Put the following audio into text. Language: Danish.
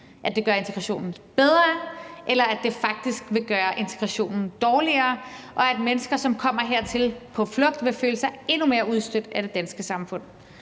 at det gør integrationen bedre, eller at det faktisk vil gøre integrationen dårligere, og at mennesker, der kommer hertil på flugt, vil føle sig endnu mere udstødt af det danske samfund?